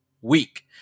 week